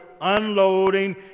unloading